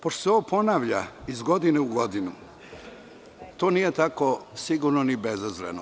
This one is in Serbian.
Pošto se ovo ponavlja iz godine u godinu, to nije tako sigurno ni bezazleno.